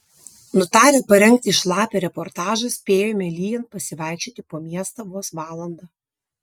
nutarę parengti šlapią reportažą spėjome lyjant pasivaikščioti po miestą vos valandą